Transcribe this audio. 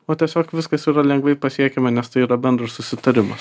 o tiesiog viskas yra lengvai pasiekiama nes tai yra bendras susitarimas